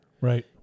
Right